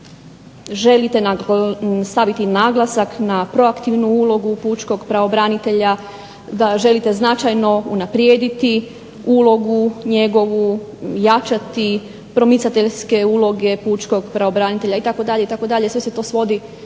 želite staviti naglasak na proaktivnu ulogu pučkog pravobranitelja, da želite značajno unaprijediti ulogu njegovu, jačati promicateljske uloge pučkog pravobranitelja itd. itd. Sve se to svodi